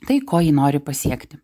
tai ko ji nori pasiekti